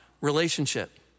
relationship